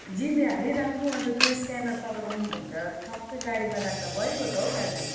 GPay हालिराख्नु अन्त त्यो स्क्यानर तपाईँको पनि ठक्कै गाडीमा राख्दा भइगयो त हो दाजु